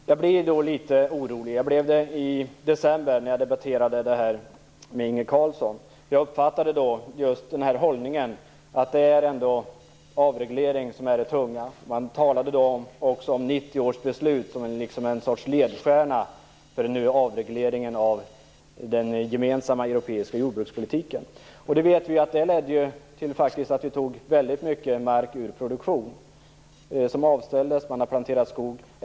Herr talman! Jag blir litet orolig. Jag blev det också i december när jag debatterade detta med Inge Carlsson. Jag uppfattade då just den hållningen att det ändå är avreglering som är det tunga. Man talade då också om 1990 års beslut som en sorts ledstjärna för avregleringen av den gemensamma europeiska jordbrukspolitiken. Vi vet att det ledde till att vi faktiskt tog mycket mark ur produktion. Den avställdes. Man har planterat skog.